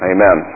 Amen